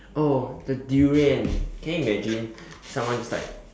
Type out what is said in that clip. oh the durian can you imagine someone is like